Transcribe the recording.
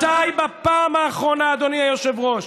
מתי בפעם האחרונה, אדוני היושב-ראש,